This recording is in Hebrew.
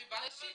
כך הבנתי.